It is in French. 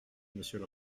monsieur